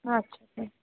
अच्छा